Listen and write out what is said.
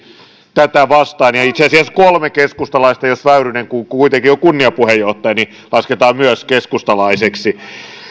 tätä vastaan ja itse asiassa kolme keskustalaista jos väyrynen kuitenkin kunniapuheenjohtajana lasketaan myös keskustalaiseksi